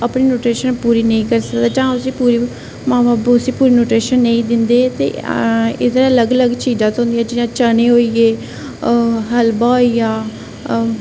अपनी न्टुट्रीशियन पूरी नेईं करी सकदा जां उसी मां बब्ब उसी पूरी न्यूट्रीशियन नेईं दिंदे ते एह्दा अलग अलग चीज़ां होंदियां जि'यां चने होई गे हलवा होई गेआ